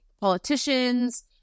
politicians